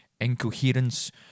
incoherence